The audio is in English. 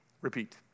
repeat